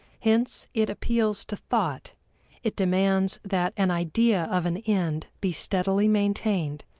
hence it appeals to thought it demands that an idea of an end be steadily maintained,